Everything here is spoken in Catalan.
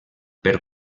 per